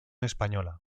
española